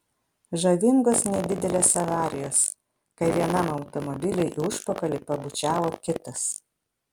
žavingos nedidelės avarijos kai vienam automobiliui į užpakalį pabučiavo kitas